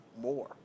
more